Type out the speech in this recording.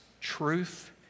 truth